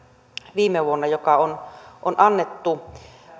viime vuonna annettu